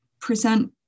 present